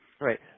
Right